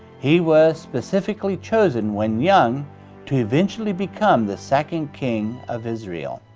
he was specifically chosen when young to eventually become the second king of israel.